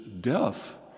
death